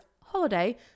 holiday